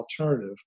alternative